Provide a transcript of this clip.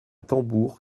tambour